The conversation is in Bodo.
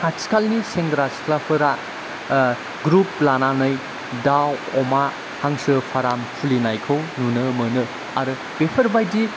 आथिखालनि सेंग्रा सिख्लाफोरा ग्रुप लानानै दाउ अमा हांसो फार्म खुलिनायखौ नुनो मोनो आरो बेफोरबायदि